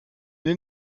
une